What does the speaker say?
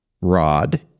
Rod